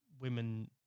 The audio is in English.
women